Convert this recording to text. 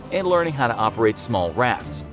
and learning how to operate small rafts.